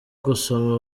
gusoma